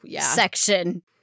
section